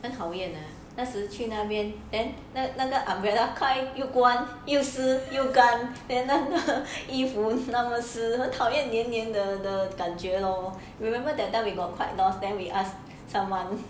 很讨厌那时去那边 then 那那个 umbrella 又开又关又湿又干 then 衣服那么湿很讨厌黏黏的感觉 lah remember that time you got quite lost then we ask someone